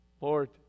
Lord